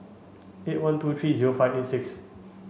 eight one two three zero five eight six